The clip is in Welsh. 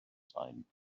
sain